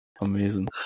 Amazing